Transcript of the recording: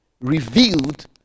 revealed